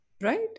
Right